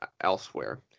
elsewhere